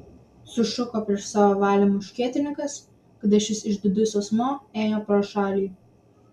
sušuko prieš savo valią muškietininkas kada šis išdidus asmuo ėjo pro šalį